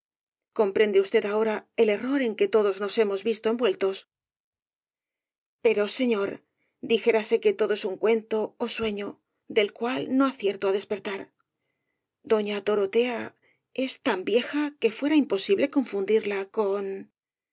comprende usted ahora el error en que todos nos hemos visto envueltos pero señor dijérase que todo es un cuento ó sueño del cual no acierto á despertar doña dorotea es tan vieja que fuera imposible confundirla con